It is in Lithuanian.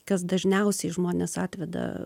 kas dažniausiai žmones atveda